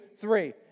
three